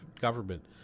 government